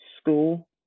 school